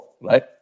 right